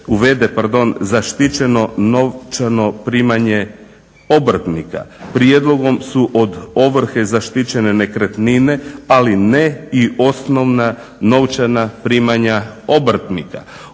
pardon zaštićeno novčano primanje obrtnika. Prijedlogom su od ovrhe zaštićene nekretnine, ali ne i osnovna novčana primanja obrtnika.